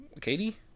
Katie